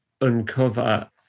uncover